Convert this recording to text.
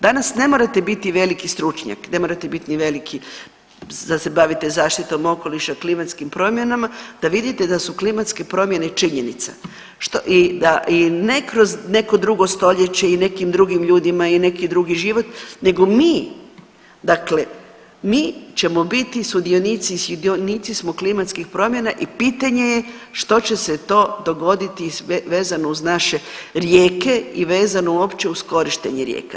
Danas ne morate biti veliki stručnjak, ne morate biti ni veliki da se bavite zaštitom okoliša, klimatskim promjenama da vidite da su klimatske promjene činjenica i ne kroz neko drugo stoljeće i nekim drugim ljudima i neki drugi život nego mi, dakle mi ćemo biti sudionici i dionici smo klimatskih promjena i pitanje je što će se to dogoditi vezano uz naše rijeke i vezano uopće uz korištenje rijeka.